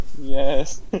Yes